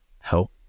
help